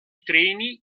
treni